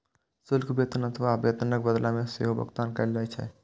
शुल्क वेतन अथवा वेतनक बदला मे सेहो भुगतान कैल जाइ छै